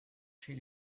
chez